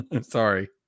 Sorry